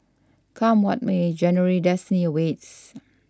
come what may January's destiny awaits